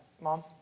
Mom